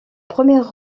première